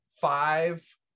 five